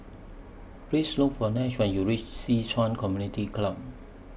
Please Look For Nash when YOU REACH Ci Yuan Community Club